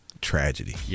tragedy